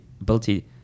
ability